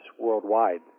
worldwide